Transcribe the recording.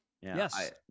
Yes